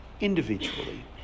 individually